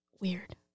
weird